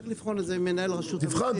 צריך לבחון את זה עם מנהל רשות המיסים.